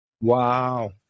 Wow